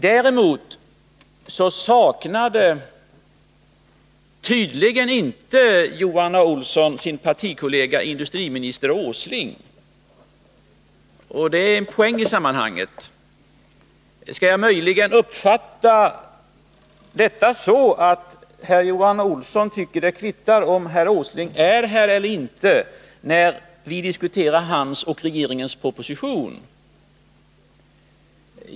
Däremot saknade Johan A. Olsson tydligen inte sin partikollega industriminister Åsling, och det är en poäng i sammanhanget. Skall jag möjligen uppfatta detta så, att Johan A. Olsson tycker att det kvittar om herr Åsling är här eller inte när vi diskuterar industriministerns och regeringens proposition?